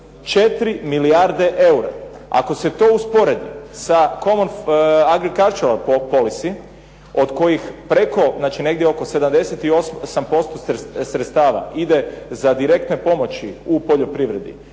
milijarde eura. Ako se to usporedi sa Common agricultural policy od kojih preko, znači negdje oko 78% sredstava ide za direktne pomoći u poljoprivredi,